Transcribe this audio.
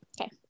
Okay